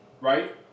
Right